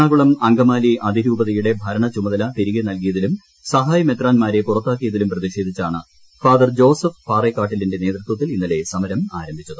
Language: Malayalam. എറണാകുളം പ്രി അങ്കമാലി അതിരൂപതയുടെ ഭരണച്ചുമതല തിരികെ നൽക്ടിയതിലും സഹായമെത്രാന്മാരെ പുറത്താക്കിയതിലും പ്രതിഷ്ട്രേധിച്ചാണ് ഫാദർ ജോസഫ് പാറേക്കാട്ടിലിന്റെ നേതൃത്വിത്തിൽ ഇന്നലെ സമരം ആരംഭിച്ചത്